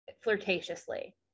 flirtatiously